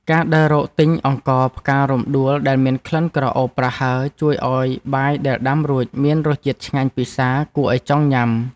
ការដើររកទិញអង្ករផ្ការំដួលដែលមានក្លិនក្រអូបប្រហើរជួយឱ្យបាយដែលដាំរួចមានរសជាតិឆ្ងាញ់ពិសាគួរឱ្យចង់ញ៉ាំ។